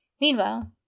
Meanwhile